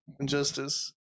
injustice